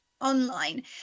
online